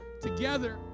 together